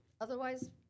otherwise